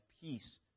peace